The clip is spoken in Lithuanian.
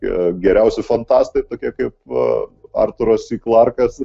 geriausi fantastai tokie kaip arturas ir klarkas